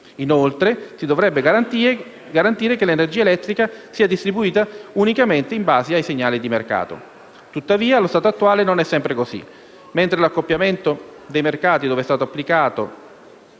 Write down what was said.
Inoltre, si dovrebbe garantire che l'energia elettrica sia distribuita unicamente in base ai segnali del mercato. Tuttavia, allo stato attuale, non è sempre così. Mentre l'accoppiamento dei mercati, dove è stato applicato,